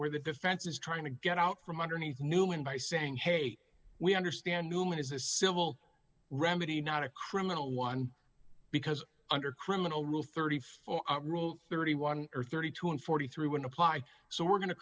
where the defense is trying to get out from underneath knew him by saying hey we understand newman is a civil remedy not a criminal one because under criminal rule thirty four rule thirty one or thirty two and forty three would apply so we're going to